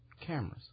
cameras